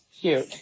Cute